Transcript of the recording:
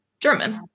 German